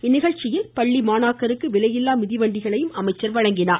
இந்நிகழ்ச்சியில் பள்ளி மாணாக்கருக்கு விலையில்லா மிதிவண்டிகளை அமைச்சர் வழங்கினார்